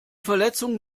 verletzungen